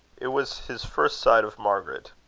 it was his first sight of margaret.